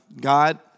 God